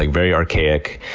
like very archaic.